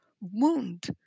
wound